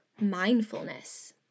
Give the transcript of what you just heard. mindfulness